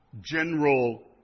general